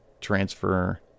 transfer